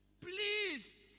Please